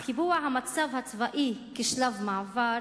אך קיבוע המצב הצבאי כשלב מעבר